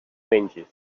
menges